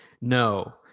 No